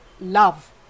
love